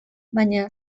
baina